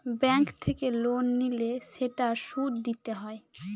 bank থেকে loan নিলে সেটার সুদ দিতে হয়